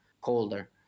colder